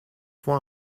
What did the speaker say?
fois